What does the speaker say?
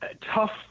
tough